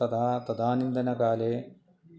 तदा तदानीन्तनकाले